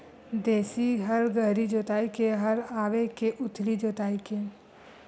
देशी हल गहरी जोताई के हल आवे के उथली जोताई के?